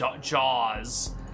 jaws